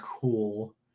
Cool